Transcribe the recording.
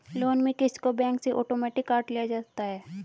loan में क़िस्त को बैंक से आटोमेटिक काट लिया जाता है